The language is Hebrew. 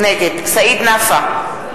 נגד סעיד נפאע,